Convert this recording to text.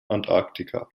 antarktika